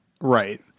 right